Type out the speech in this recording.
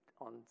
on